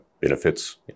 benefits